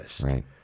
Right